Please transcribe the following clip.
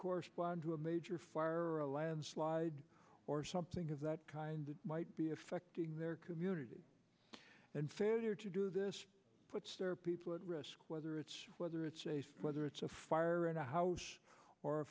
correspond to a major fire or a landslide or something of that kind that might be affecting their community and failure to do this puts people at risk whether it's whether it's a whether it's a fire and a house or a